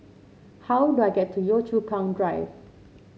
how do I get to Yio Chu Kang Drive